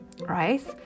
right